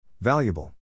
Valuable